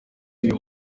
uyu